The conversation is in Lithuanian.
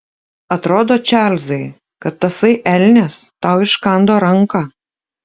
atrodo čarlzai kad tasai elnias tau iškando ranką